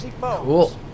Cool